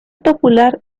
popular